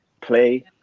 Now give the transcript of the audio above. play